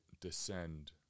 descend